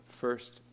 first